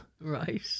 Right